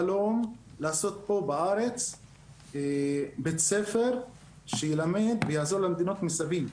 חלום לעשות פה בארץ בית ספר שילמד ויעזור למדינות מסביב,